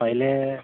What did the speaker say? পাৰিলে